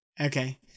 Okay